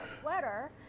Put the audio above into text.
sweater